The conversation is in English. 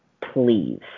please